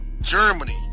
Germany